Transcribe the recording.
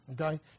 okay